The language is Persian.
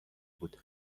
بود